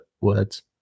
words